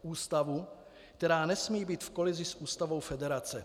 Ústavu, která nesmí být v kolizi s ústavou federace.